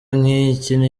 nk’iki